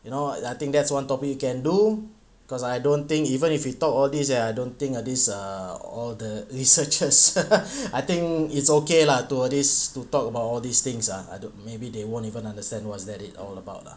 you know I think that's one topic you can do because I don't think even if we talk all these leh I don't think this err all the researchers I think it's okay lah to all these to talk about all these things ah I don't maybe they won't even understand what's that it all about